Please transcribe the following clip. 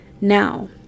Now